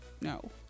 No